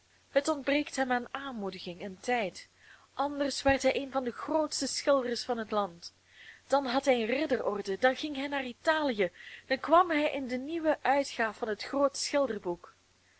het ontbreekt hem aan aanmoediging en tijd anders werd hij een van de grootste schilders van het land dan had hij een ridderorde dan ging hij naar italië dan kwam hij in de nieuwe uitgaaf van het groot